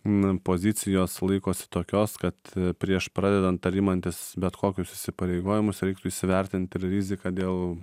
n pozicijos laikosi tokios kad prieš pradedant ar imantis bet kokius įsipareigojimus reiktų įsivertint ir riziką dėl